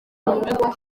ngo